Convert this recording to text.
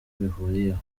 bihuriyeho